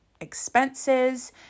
expenses